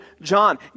John